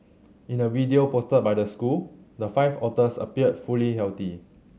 in a video posted by the school the five otters appeared fully healthy